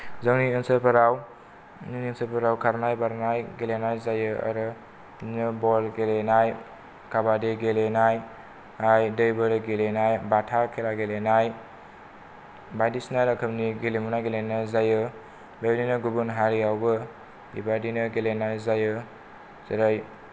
जोंनि ओनसोलफोराव जोंनि ओनसोलफोराव खारनाय बारनाय गेलेनाय जायो आरो बल गेलेनाय काबादि गेलेनाय आरो दै बोरि गेलेनाय बाथा गेलेनाय बायदिसिना रोखोमनि गेलेमुनाय गेलेनाय जायो बेबायदिनो गुबुन हारियावबो बेबायदिनो गेलेनाय जायो जेरै